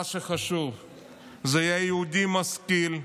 מה שחשוב זה שהוא היה יהודי משכיל,